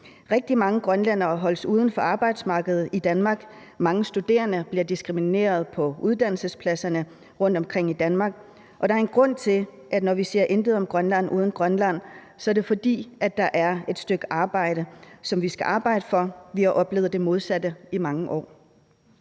Rigtig mange grønlændere holdes uden for arbejdsmarkedet i Danmark; mange studerende bliver diskrimineret på uddannelsesstederne rundtomkring i Danmark. Og der er en grund til, at vi siger: Intet om Grønland uden Grønland. Det er, fordi der er et stykke arbejde, vi skal gøre; vi har oplevet det modsatte i mange år.